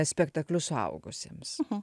spektaklius suaugusiems